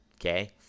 okay